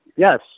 yes